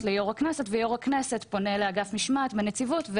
ליו"ר הכנסת והוא פונה לאגף משמעת בנציבות,